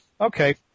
Okay